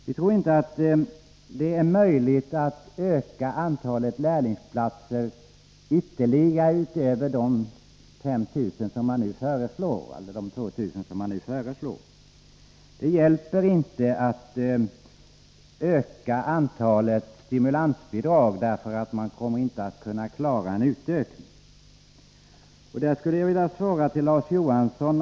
Vi tror inte att det är möjligt att öka antalet lärlingsplatser utöver de 2 000 som man nu föreslår. Det hjälper inte öka antalet stimulansbidrag, för man kommer inte att kunna klara en utökning. Så vill jag vända mig till Larz Johansson.